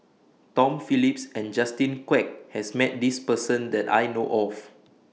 Tom Phillips and Justin Quek has Met This Person that I know of